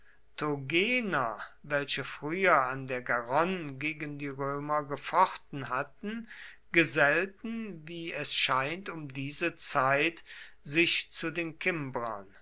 tougener welche früher an der garonne gegen die römer gefochten hatten gesellten wie es scheint um diese zeit sich zu den